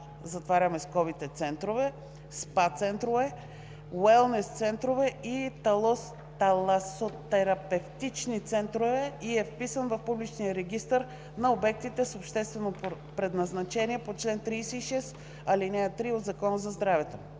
(медикъл СПА) центрове, СПА центрове, уелнес центрове и таласотерапевтични центрове и е вписан в публичния регистър на обектите с обществено предназначение по чл. 36, ал. 3 от Закона за здравето.